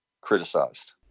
criticized